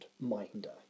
Minder